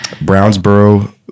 Brownsboro